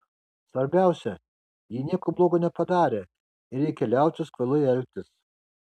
svarbiausia ji nieko blogo nepadarė ir reikia liautis kvailai elgtis